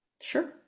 sure